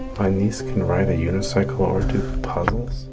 my niece can ride a unicycle or do the puzzles?